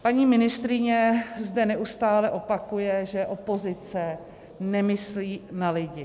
Paní ministryně zde neustále opakuje, že opozice nemyslí na lidi.